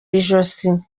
ijosi